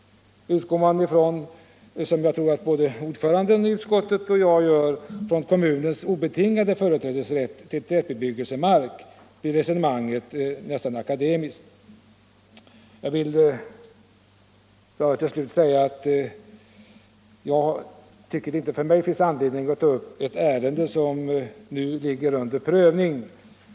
Utgår man — som jag tror att både utskottets ordförande och jag gör — från kommunens obetingade företrädesrätt till tätbebyggelsemark blir reservanternas resonemang nästan akademiskt. Slutligen tycker jag inte att det finns någon anledning för mig att här ta upp ett ärende som ligger under regeringens prövning.